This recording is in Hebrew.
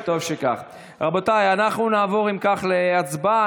רבותיי, אם כך, נעבור להצבעה.